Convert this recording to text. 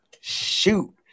Shoot